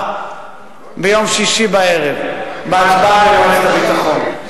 ביום שישי בערב בהצבעה במועצת הביטחון.